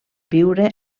viure